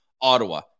Ottawa